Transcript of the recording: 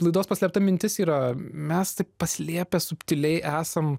laidos paslėpta mintis yra mes tik paslėpę subtiliai esam